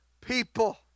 People